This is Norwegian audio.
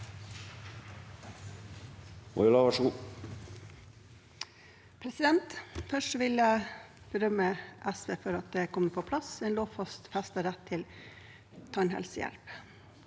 Først vil jeg berømme SV for at det kommer på plass en lovfestet rett til tannhelsehjelp.